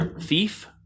thief